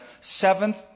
seventh